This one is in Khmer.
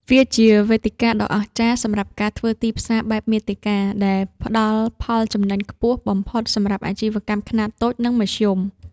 វាគឺជាវេទិកាដ៏អស្ចារ្យសម្រាប់ការធ្វើទីផ្សារបែបមាតិកា ដែលផ្តល់ផលចំណេញខ្ពស់បំផុតសម្រាប់អាជីវកម្មខ្នាតតូច និងមធ្យម។